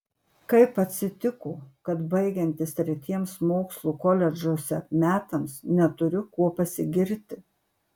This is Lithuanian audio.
kaip atsitiko kad baigiantis tretiems mokslų koledžuose metams neturiu kuo pasigirti